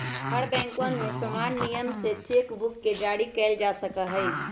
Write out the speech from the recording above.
हर बैंकवन में समान नियम से चेक बुक के जारी कइल जा सका हई